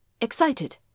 excited